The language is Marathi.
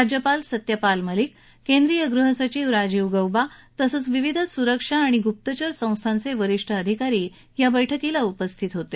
राज्यपाल सत्यपाल मलिक केंद्रीय गृहसचिव राजीव गौबा तसंच विविध स्रक्षा आणि ग्प्तचर संस्थांचे वरीष्ठ अधिकारी या बैठकीला उपस्थित होते